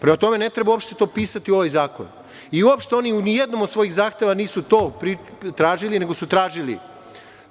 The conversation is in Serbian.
Prema tome, ne treba uopšte to pisati u ovaj zakon i uopšte oni ni u jednom od svojih zahteva nisu to tražili nego su tražili